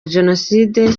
jenoside